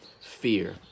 fear